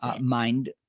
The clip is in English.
mind